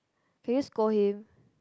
can you scold him